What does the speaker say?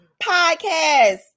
podcast